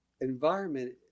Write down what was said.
environment